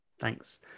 Thanks